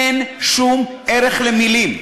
אין שום ערך למילים.